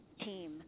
team